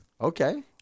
Okay